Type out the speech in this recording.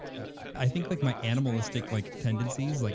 i think like my animalistic like tendencies, like